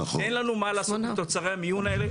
אין לנו מה לעשות עם תוצרי המיון האלה,